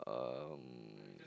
um